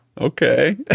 okay